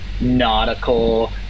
nautical